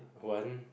one